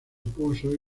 opuso